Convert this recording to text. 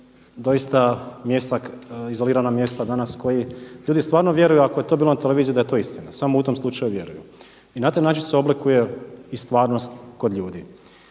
mjesta izolirana mjesta danas koji ljudi stvarno vjeruju ako je to bilo na televiziji da je to istina, samo u tom slučaju vjeruju i na taj način se oblikuje i stvarnost kod ljudi.